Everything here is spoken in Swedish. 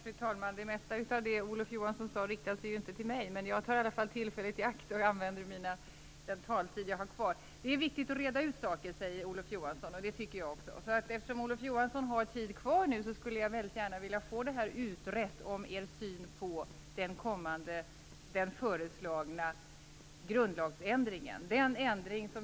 Fru talman! Det mesta av det som Olof Johansson sade riktade sig ju inte till mig, men jag tar ändå tillfället i akt att använda den taletid som jag har kvar. Det är viktigt att reda ut saker, säger Olof Johansson, och det tycker också jag. Eftersom Olof Johansson har taletid kvar skulle jag väldigt gärna vilja få er syn på den föreslagna grundlagsändringen utredd.